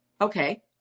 okay